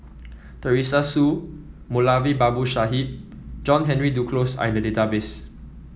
Teresa Hsu Moulavi Babu Sahib John Henry Duclos are in the database